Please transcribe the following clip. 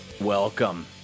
Welcome